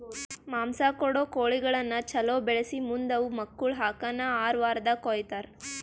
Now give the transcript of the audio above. ಮಾಂಸ ಕೊಡೋ ಕೋಳಿಗಳನ್ನ ಛಲೋ ಬೆಳಿಸಿ ಮುಂದ್ ಅವು ಮಕ್ಕುಳ ಹಾಕನ್ ಆರ ವಾರ್ದಾಗ ಕೊಯ್ತಾರ